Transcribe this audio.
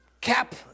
cap